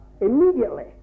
immediately